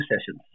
sessions